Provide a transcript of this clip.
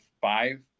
five